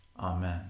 Amen